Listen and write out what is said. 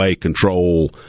control